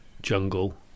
jungle